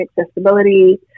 accessibility